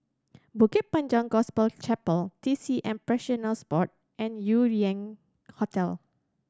Bukit Panjang Gospel Chapel T C M Practitioners Board and Yew Lian Hotel